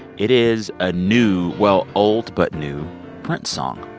it is a new well, old but new prince song.